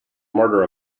murder